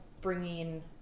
bringing